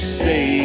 say